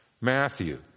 Matthew